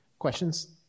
Questions